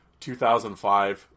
2005